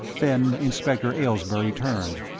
then inspector aylesbury turned,